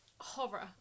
horror